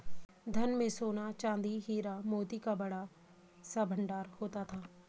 धन में सोना, चांदी, हीरा, मोती का बड़ा सा भंडार होता था